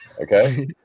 Okay